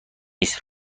است